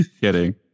kidding